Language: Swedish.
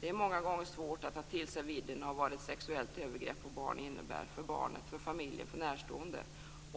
Det är många gånger svårt att ta till sig vidden av vad ett sexuellt övergrepp på barn innebär för barnet, för familjen, för närstående.